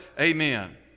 Amen